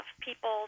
people